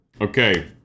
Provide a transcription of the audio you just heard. Okay